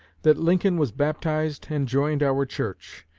that lincoln was baptized and joined our church.